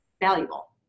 valuable